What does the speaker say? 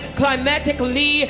climatically